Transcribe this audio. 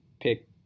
pick